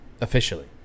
Officially